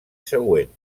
següent